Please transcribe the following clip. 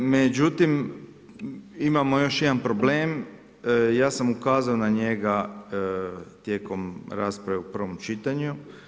Međutim, imamo još jedan problem, ja sam ukazao na njega tijekom rasprave u prvom čitanju.